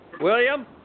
William